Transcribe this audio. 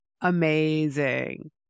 Amazing